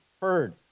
heard